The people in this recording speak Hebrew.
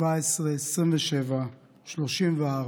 17, 27, 34,